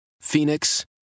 Phoenix